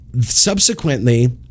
subsequently